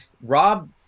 rob